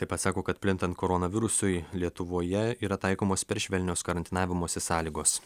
taip pat sako kad plintant koronavirusui lietuvoje yra taikomos per švelnios karantinavimosi sąlygos